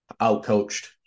outcoached